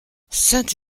sainte